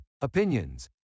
opinions